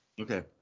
Okay